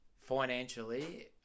Financially